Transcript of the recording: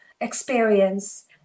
experience